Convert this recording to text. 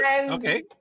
Okay